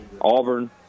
Auburn